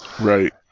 Right